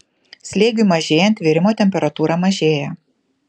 slėgiui mažėjant virimo temperatūra mažėja